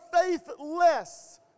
faithless